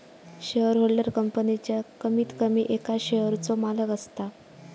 shareholder कंपनीच्या कमीत कमी एका शेयरचो मालक असता